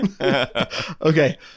Okay